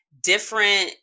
different